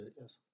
Yes